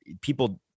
people